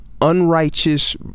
unrighteous